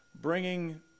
bringing